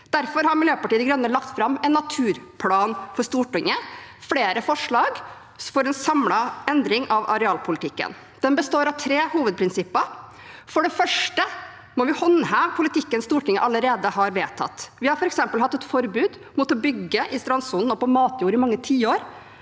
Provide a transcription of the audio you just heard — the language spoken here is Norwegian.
Derfor har Miljøpartiet De Grønne lagt fram en naturplan for Stortinget og flere forslag for en samlet endring av arealpolitikken. Den består av tre hovedprinsipper. For det første må vi håndheve politikken Stortinget allerede har vedtatt. Vi har f.eks. i mange tiår hatt forbud mot å bygge i strandsonen og på matjord, men disse